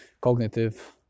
cognitive